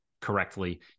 correctly